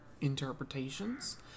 interpretations